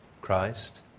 Christ